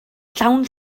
llawn